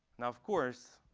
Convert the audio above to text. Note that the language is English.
now, of course,